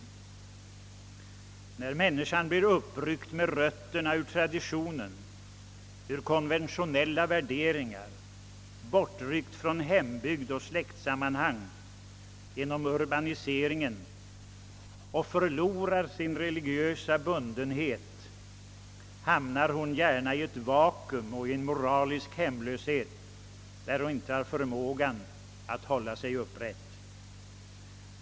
När människan blir uppryckt med rötterna ur traditionen, ur konventionella värderingar, bortryckt från hembygd och släktsammanhang genom urbaniseringen och förlorar sin religiösa bundenhet, hamnar hon gärna i ett vakuum och i en moralisk hemlöshet där hon inte har förmågan att hålla sig upprätt.